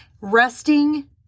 Resting